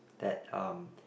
that um